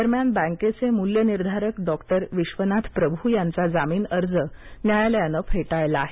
दरम्यानबँकेचे मूल्यनिर्धारक डॉक्टर विश्वनाथ प्रभू यांची जामीन याचिका न्यायालयानं फेटाळली आहे